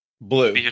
Blue